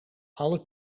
alle